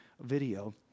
video